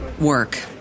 work